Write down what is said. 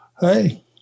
Hey